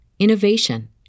innovation